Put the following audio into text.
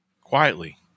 Quietly